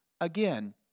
again